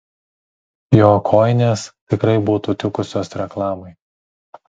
jo kojinės tikrai būtų tikusios reklamai